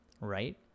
right